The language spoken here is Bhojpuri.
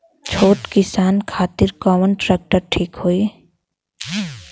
छोट किसान खातिर कवन ट्रेक्टर ठीक होई?